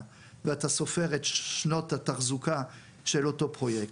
ואתה סופר את שנות התחזוקה של אותו פרויקט,